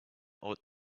ought